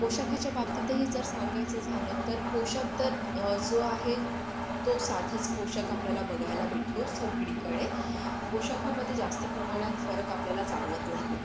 पोषाखाच्या बाबतीतही जर सांगायचं झालं तर पोषाख तर जो आहे तो साधाच पोषाख आपल्याला बघायला भेटतो सगळीकडे पोषाखामध्ये जास्त प्रमाणात फरक आपल्याला जाणवत नाही